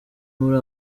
muri